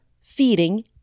feeding